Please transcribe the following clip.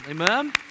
Amen